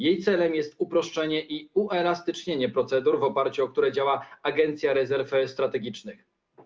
Jej celem jest uproszczenie i uelastycznienie procedur, w oparciu o które działa Rządowa Agencja Rezerw Strategicznych.